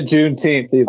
Juneteenth